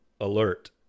alert